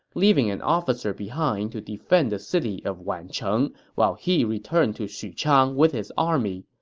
leaving an officer behind to defend the city of wancheng while he returned to xuchang with his army.